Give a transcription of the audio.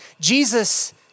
Jesus